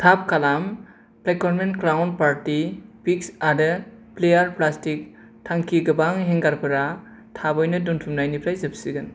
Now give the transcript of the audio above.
थाब खालाम फेकोलमेन क्लाउन पार्टि पिक्स आरो फ्लेयार प्लास्टिक्स थांखि गोबां हेंगारफोरा थाबैनो दोनथुमनायनिफ्राय जोबसिगोन